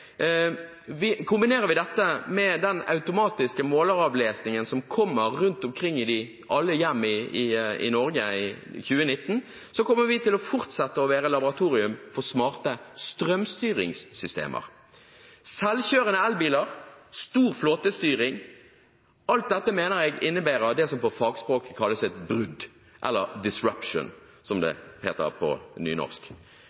vi dette med den automatiske måleravlesningen som kommer rundt omkring i alle hjem i Norge i 2019, kommer vi til å fortsette å være laboratorium for smarte strømstyringssystemer. Selvkjørende elbiler, stor flåtestyring – alt dette mener jeg innebærer det som på fagspråket kalles et brudd, eller «disruption» som